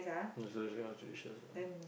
you seriously ah